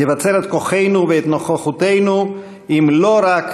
נבצר את כוחנו ואת נוכחותנו אם לא רק